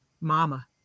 Mama